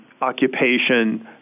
occupation